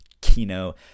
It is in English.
Kino